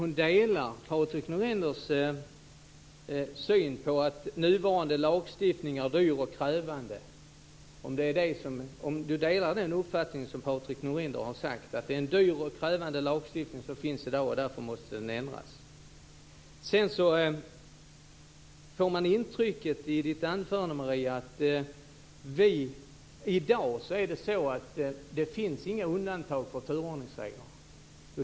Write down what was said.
Jag har också en fråga till Maria Larsson. Delar hon Patrik Norinders uppfattning, att nuvarande lagstiftning är dyr och krävande och att den därför måste ändras? Sedan får man intrycket av Maria Larssons anförande att det i dag inte finns några undantag från turordningsreglerna.